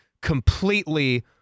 completely